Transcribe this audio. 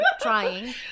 Trying